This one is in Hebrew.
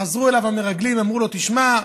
וחזרו אליו המרגלים ואמרו לו: תשמע,